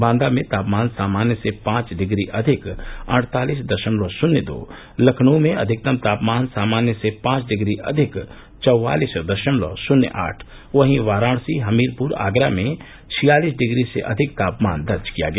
बांदा में तापमान सामान्य से पांच डिग्री अधिक अड़तालिस दशमलव शून्य दो लखनऊ में अधिकतम तापमान सामान्य से पांच डिग्री अधिक चौवालिस दशमलव शून्य आठ वहीं वाराणसी हमीरपुर आगरा में छियालिस डिग्री से अधिक तापमान दर्ज किया गया